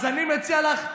אז אני מציע לך,